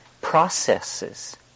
processes